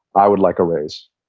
i would like a raise.